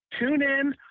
TuneIn